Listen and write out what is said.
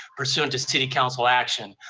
pursuant to city council action.